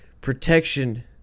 Protection